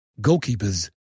Goalkeepers